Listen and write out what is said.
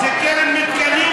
זה קרן מתקנים.